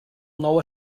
nou